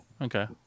Okay